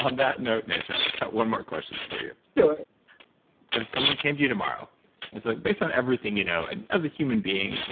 um that note, nasha, i got one more question for you sure if someone came to you tomorrow and said, based on everything you know and as a human being,